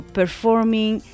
performing